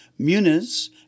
Muniz